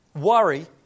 Worry